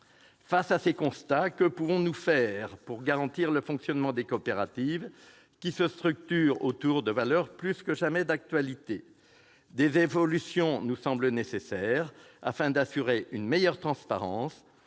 Face à ces constats, que pouvons-nous faire ? Pour garantir le fonctionnement des coopératives, qui se structurent autour de valeurs qui sont plus que jamais d'actualité, des évolutions nous semblent nécessaires. Il s'agit d'assurer une meilleure transparence